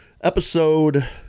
episode